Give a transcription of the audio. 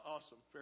Awesome